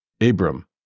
Abram